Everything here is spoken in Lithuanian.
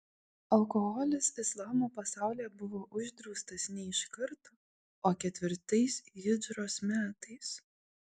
alkoholis islamo pasaulyje buvo uždraustas ne iš karto o ketvirtais hidžros metais